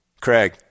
craig